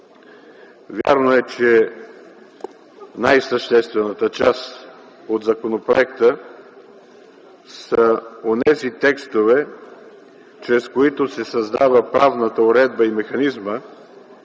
Вярно е, че най-съществената част от законопроекта са онези текстове, чрез които се създава правната уредба и механизма